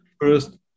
First